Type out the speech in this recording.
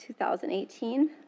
2018